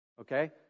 Okay